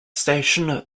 station